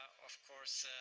of course,